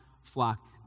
flock